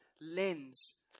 lens